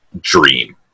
dream